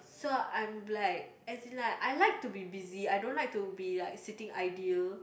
so I'm like as in like I like to be busy I don't like to be like sitting ideal